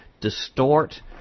distort